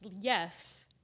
Yes